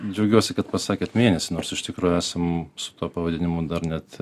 džiaugiuosi kad pasakėt mėnesį nors iš tikrųjų esam su tuo pavadinimu dar net